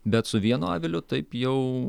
bet su vienu aviliu taip jau